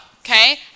okay